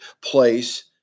place